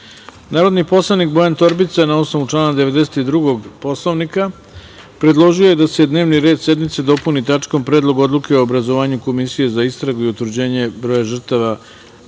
predlog. Narodni poslanik Bojan Torbica, na osnovu člana 92. Poslovnika, predložio je da se dnevni red sednice dopuni tačkom – Predlog odluke o obrazovanju komisije za istragu i utvrđenje broja žrtava